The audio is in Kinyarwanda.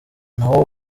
naho